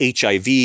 HIV